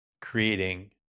creating